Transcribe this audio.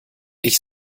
ich